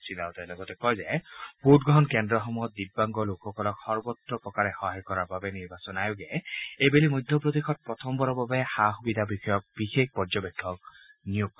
শ্ৰীৰাৱটে লগতে কয় যে ভোটগ্ৰহণ কেন্দ্ৰসমূহত দিব্যাংগ লোকসকলক সৰ্বত্ৰপ্ৰকাৰে সহায় কৰাৰ বাবে নিৰ্বাচন আয়োগে এইবেলি মধ্যপ্ৰদেশত প্ৰথমবাৰৰ বাবে সুগমতা পৰ্যবেক্ষক নিয়োগ কৰিব